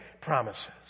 promises